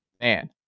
man